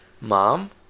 mom